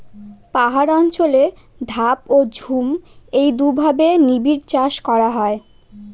পাহাড় অঞ্চলে ধাপ ও ঝুম এই দুইভাবে নিবিড়চাষ করা হয়